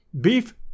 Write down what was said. beef